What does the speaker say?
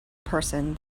person